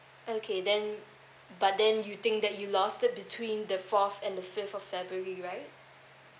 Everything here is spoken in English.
okay then but then you think that you lost it between the fourth and the fifth of february right